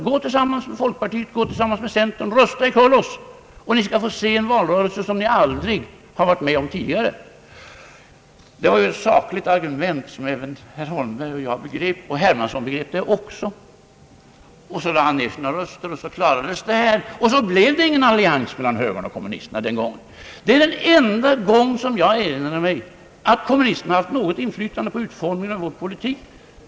Gå tillsammans med folkpartiet, gå tillsammans med centern, rösta omkull oss, och ni skall få se en valrörelse som ni aldrig varit med om tidigare! Det var ett sakligt argument som herr Holmberg och jag begrep. Herr Hermansson begrep det också, och kommunisterna lade ned sina röster. Så klarades situationen, och det blev ingen allians mellan högern och kommunisterna den gången. Det är den enda gång som jag kan erinra mig att kommunisterna kunnat få något inflytande på vår politik.